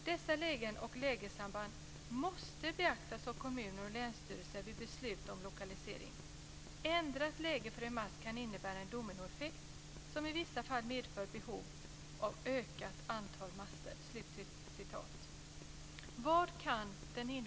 Dessa lägen och lägessamband måste beaktas av kommuner och länsstyrelser vid beslut om lokalisering. Ändrat läge för en mast kan innebära en dominoeffekt, som i vissa fall medför behov av ökat antal master."